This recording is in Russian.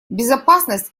безопасность